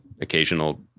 occasional